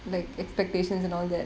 like expectations and all that